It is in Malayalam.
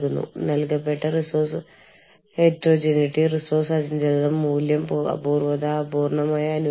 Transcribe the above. കൽക്കത്തയിലെ ഗതാഗതക്കുരുക്ക് അല്ലെങ്കിൽ ഈ ദിവസങ്ങളിൽ ബാംഗ്ലൂർ അല്ലെങ്കിൽ ചിലപ്പോൾ ഡൽഹി അല്ലെങ്കിൽ ബോംബെ പോലും കുപ്രസിദ്ധമാണ്